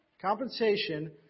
Compensation